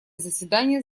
заседание